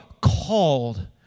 called